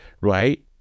right